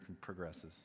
progresses